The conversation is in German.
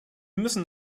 müssen